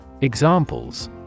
Examples